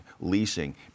leasing